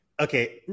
Okay